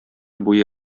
буе